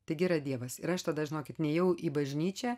taigi yra dievas ir aš tada žinokit nėjau į bažnyčią